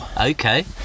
okay